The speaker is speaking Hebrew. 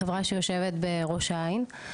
חברה שיושבת בראש העין,